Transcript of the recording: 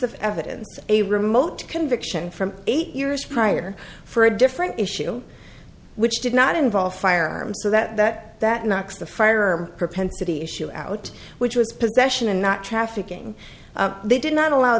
of evidence a remote conviction from eight years prior for a different issue which did not involve firearms so that that knocks the firearm propensity issue out which was possession and not trafficking they did not allow